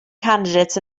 candidates